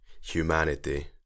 humanity